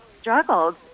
struggled